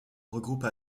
regroupe